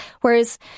whereas